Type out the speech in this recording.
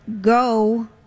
Go